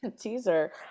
Teaser